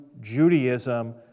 Judaism